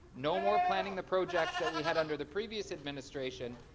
no more planning the projects that we had under the previous administration,